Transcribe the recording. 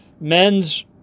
men's